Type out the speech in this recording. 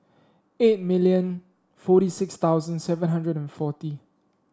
eight million forty six thousand seven hundred and forty